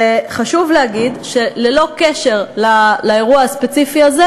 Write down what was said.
חשוב להגיד שללא קשר לאירוע הספציפי הזה,